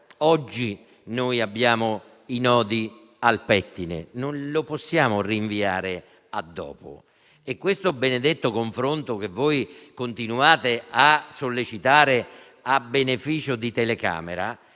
Oggi abbiamo i nodi al pettine e non li possiamo rinviare a dopo. E questo benedetto confronto, che voi continuate a sollecitare a beneficio di telecamera,